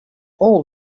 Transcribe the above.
all